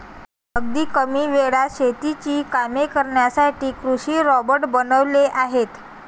अगदी कमी वेळात शेतीची कामे करण्यासाठी कृषी रोबोट बनवले आहेत